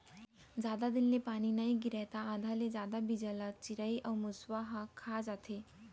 जादा दिन ले पानी नइ गिरय त आधा ले जादा बीजा ल चिरई अउ मूसवा ह खा जाथे